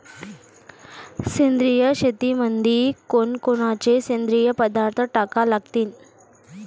सेंद्रिय शेतीमंदी कोनकोनचे सेंद्रिय पदार्थ टाका लागतीन?